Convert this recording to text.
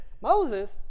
Moses